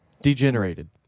Degenerated